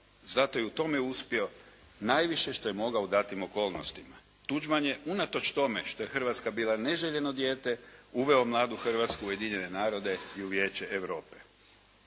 zato je u tome uspio najviše što je mogao u datim okolnostima. Tuđman je unatoč tome što je Hrvatska bila neželjeno dijete uveo mladu Hrvatsku u Ujedinjene narode i u Vijeće Europe.